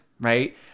right